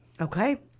Okay